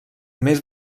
més